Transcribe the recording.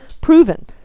proven